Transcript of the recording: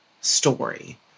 story